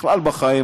בכלל בחיים,